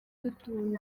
dutunze